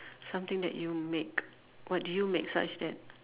something that you make what do you make such that